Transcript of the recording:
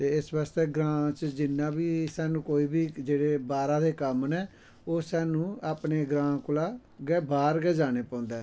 तो इस बास्तै ग्रांऽ च जिन्ना बी स्हानू कोई बी जेह्ड़े बाह्रा दे कम्म नै ओह् स्हानू अपने ग्रांऽ कोला बाह्र गै जानै पौंदा ऐ